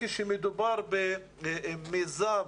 בנוסף, כשמדובר במיזם